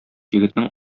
егетнең